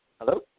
hello